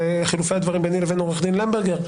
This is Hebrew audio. וחילופי הדברים ביני לבין עורך הדין למברגר,